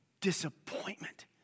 disappointment